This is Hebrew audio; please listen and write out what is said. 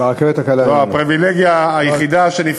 ברכבת הקלה אין לנו.